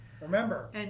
Remember